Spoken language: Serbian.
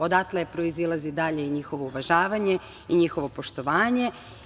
Odatle proizilazi dalje i njihovo uvažavanje i njihovo poštovanje.